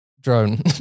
drone